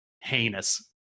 heinous